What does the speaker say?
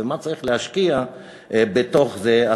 ומה צריך להשקיע בתוך זה,